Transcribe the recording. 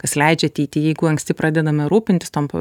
kas leidžia ateity jeigu anksti pradedame rūpintis tampa